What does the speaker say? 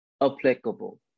applicable